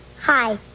Hi